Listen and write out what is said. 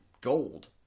gold